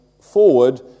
forward